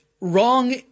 wrong